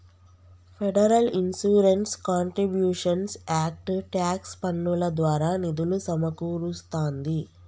federal insurance contributions act tax పన్నుల ద్వారా నిధులు సమకూరుస్తాంది